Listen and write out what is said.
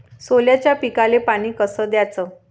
सोल्याच्या पिकाले पानी कस द्याचं?